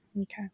Okay